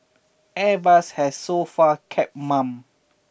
airbus has so far kept mum